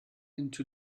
into